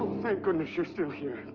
thank goodness you're still here!